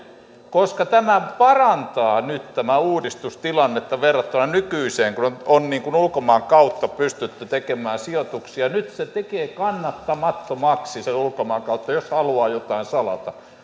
koska tämä uudistus parantaa nyt tilannetta verrattuna nykyiseen kun on ulkomaan kautta pystytty tekemään sijoituksia nyt se tekee kannattamattomaksi sen ulkomaan kautta jos haluaa jotain salata